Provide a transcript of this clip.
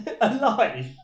Alive